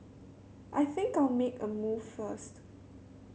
I think I'll make a move first